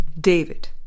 David